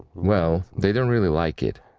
well, they don't really like it,